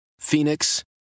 Phoenix